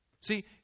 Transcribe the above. See